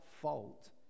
fault